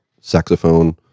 saxophone